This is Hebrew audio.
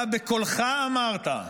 אתה בקולך אמרת,